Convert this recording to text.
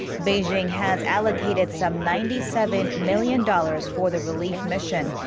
beijing has allocated some ninety seven million dollars for the relief mission,